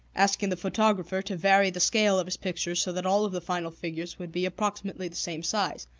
asking the photographer to vary the scale of his pictures so that all of the final figures would be approximately the same size.